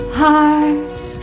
hearts